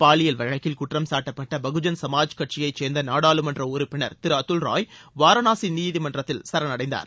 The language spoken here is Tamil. பாலியல் வழக்கில் குற்றம் சாட்டப்பட்ட பகுஜன் சுமாஜ் கட்சியைச் சேர்ந்த நாடாளுமன்ற உறுப்பினர் திரு அதுல் ராய் வாரணாசிநீதிமன்றத்தில் சரணடைந்தார்